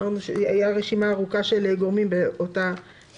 הייתה רשימה ארוכה של גורמים בתקנה